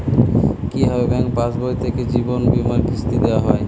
কি ভাবে ব্যাঙ্ক পাশবই থেকে জীবনবীমার কিস্তি দেওয়া হয়?